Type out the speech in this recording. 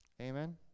Amen